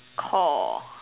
core